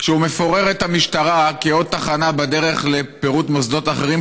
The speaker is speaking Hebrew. כשהוא מפורר את המשטרה כעוד תחנה בדרך לפירוק מוסדות אחרים,